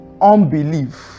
unbelief